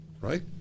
right